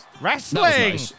Wrestling